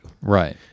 Right